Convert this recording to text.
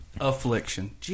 Affliction